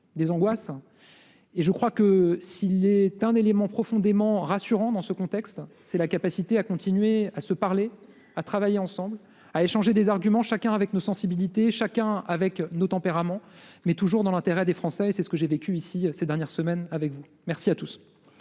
des angoisses. Et je crois que s'il est un élément profondément rassurant dans ce contexte, c'est la capacité à continuer à se parler à travailler ensemble, à échanger des arguments chacun avec nos sensibilités chacun avec nos tempéraments mais toujours dans l'intérêt des Français, c'est ce que j'ai vécu ici ces dernières semaines avec vous, merci à tous.